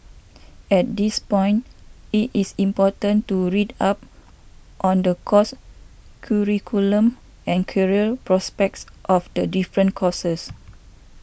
at this point it is important to read up on the course curriculum and career prospects of the different courses